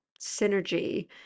synergy